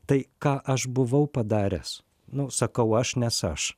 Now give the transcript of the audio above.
tai ką aš buvau padaręs nu sakau aš nes aš